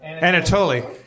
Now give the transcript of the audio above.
Anatoly